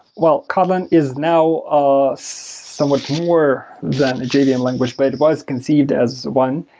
well, kotlin is now ah somewhat more than a jvm yeah language, but it was conceived as one.